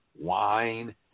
wine